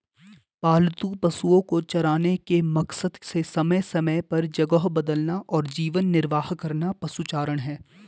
पालतू पशुओ को चराने के मकसद से समय समय पर जगह बदलना और जीवन निर्वाह करना पशुचारण है